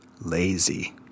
lazy